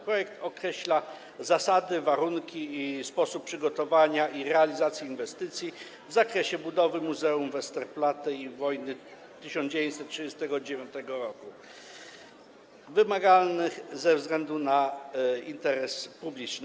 Projekt określa zasady, warunki oraz sposób przygotowania i realizacji inwestycji w zakresie budowy muzeum Westerplatte i Wojny 1939 r. wymaganych ze względu na interes publiczny.